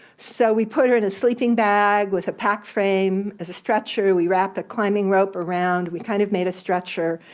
so we put her in a sleeping bag with a pack frame as a structure. we wrapped a climbing rope around. we kind of made a stretcher,